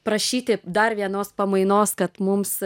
prašyti dar vienos pamainos kad mums